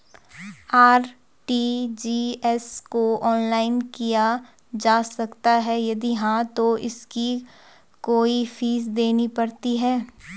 RTGS को online किया जा सकता है यदि हाँ तो इसकी कोई फीस देनी पड़ती है?